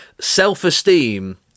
self-esteem